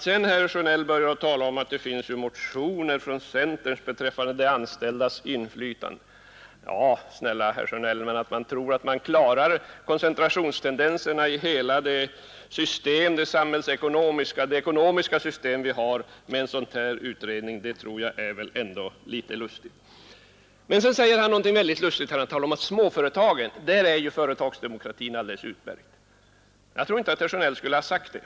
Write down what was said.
Sedan börjar herr Sjönell tala om att det finns motioner från centern beträffande de anställdas inflytande. Ja, snälla herr Sjönell, det är väl ändå litet lustigt att tro att man klarar koncentrationstendenserna i hela det ekonomiska system vi har genom en sådan här utredning. När herr Sjönell sedan talade om småföretagen sade han att där är företagsdemokratin alldeles utmärkt. Jag tror inte att herr Sjönell skulle ha sagt det.